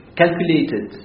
calculated